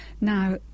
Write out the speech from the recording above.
Now